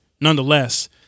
nonetheless